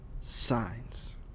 signs